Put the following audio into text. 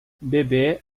bebê